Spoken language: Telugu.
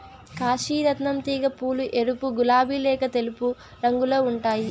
కాశీ రత్నం తీగ పూలు ఎరుపు, గులాబి లేక తెలుపు రంగులో ఉంటాయి